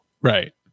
right